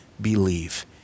believe